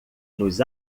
nos